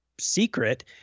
secret